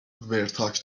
ورتاک